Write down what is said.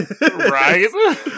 right